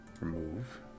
Remove